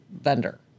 vendor